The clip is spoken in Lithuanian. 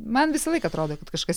man visąlaik atrodo kad kažkas